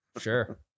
sure